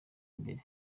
imbere